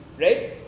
right